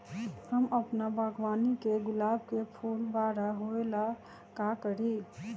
हम अपना बागवानी के गुलाब के फूल बारा होय ला का करी?